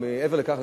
ומעבר לכך,